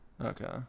Okay